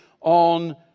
on